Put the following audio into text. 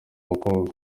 bakobwa